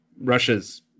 Russia's